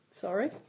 Sorry